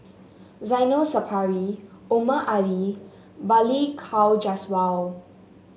Zainal Sapari Omar Ali Balli Kaur Jaswal